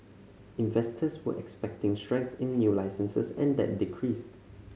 investors were expecting strength in new licences and that decreased